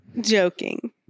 joking